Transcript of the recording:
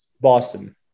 Boston